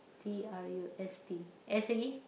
T R U S T S is